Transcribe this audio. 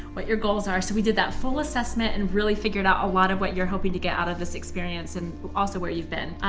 what your goals are, so we did that full assessment and really figured out a lot of what you're hoping to get out of this experience, and also where you've been.